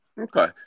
Okay